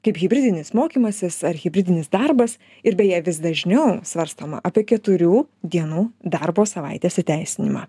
kaip hibridinis mokymasis ar hibridinis darbas ir beje vis dažniau svarstoma apie keturių dienų darbo savaitės įteisinimą